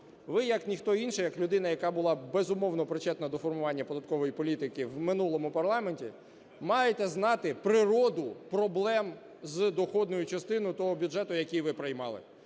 ви як ніхто інший, як людина, яка була, безумовно, причетна до формування податкової політики в минулому парламенті маєте знати природу проблем з доходною частиною того бюджету, який ви приймали.